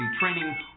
training